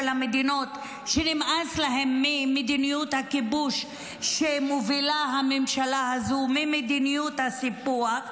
המדינות שנמאס להן ממדיניות הכיבוש שמובילה הממשלה הזו וממדיניות הסיפוח.